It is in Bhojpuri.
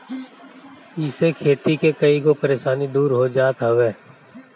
इसे खेती के कईगो परेशानी दूर हो जात हवे